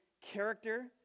character